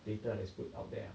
data that is put out there ah